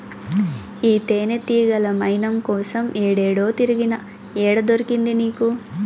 ఈ తేనెతీగల మైనం కోసం ఏడేడో తిరిగినా, ఏడ దొరికింది నీకు